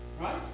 right